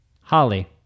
Holly